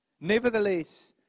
Nevertheless